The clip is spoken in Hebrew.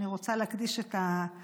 אני רוצה להקדיש את הנאום,